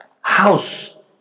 house